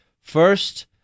First